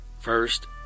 first